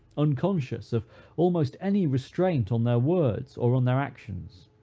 unconscious of almost any restraint on their words or on their actions.